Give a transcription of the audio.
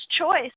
choice